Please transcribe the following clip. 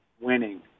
winning